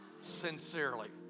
sincerely